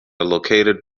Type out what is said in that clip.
located